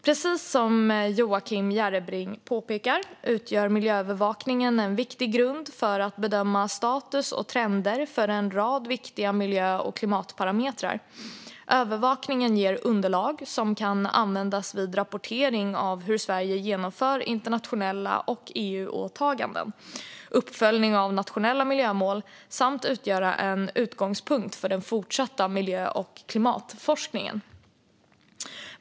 Precis som Joakim Järrebring påpekar utgör miljöövervakningen en viktig grund för att bedöma status och trender för en rad viktiga miljö och klimatparametrar. Övervakningen ger underlag som kan användas vid rapportering av hur Sverige genomför internationella åtaganden och EU-åtaganden, uppföljning av nationella miljömål samt utgöra en utgångspunkt för den fortsatta miljö och klimatforskningen.